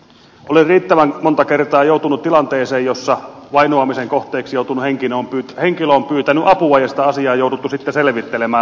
olen riittävän monta kertaa joutunut tilanteeseen jossa vainoamisen kohteeksi joutunut henkilö on pyytänyt apua ja sitä asiaa on jouduttu sitten selvittelemään